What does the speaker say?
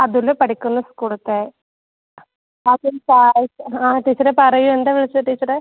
അതുൽ പഠിക്കുന്ന സ്കൂളത്തെ അതുൽ പടിക്കുന്ന ആ ടീച്ചറേ പറയൂ എന്താ വിളിച്ചത് ടീച്ചറെ